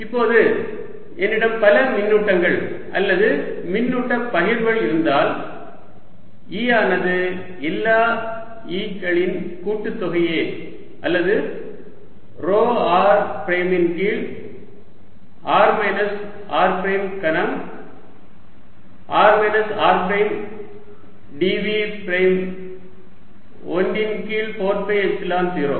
இப்போது என்னிடம் பல மின்னூட்டங்கள் அல்லது மின்னூட்ட பகிர்வுகள் இருந்தால் E ஆனது எல்லா E களின் கூட்டுத் தொகையையே அல்லது ρ r பிரைம் இன் கீழ் r மைனஸ் r பிரைம் கனம் r minus r prime dv prime 1 இன் கீழ் 4 பை எப்சிலன் 0